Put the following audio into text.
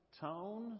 tone